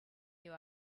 you